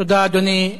תודה, אדוני.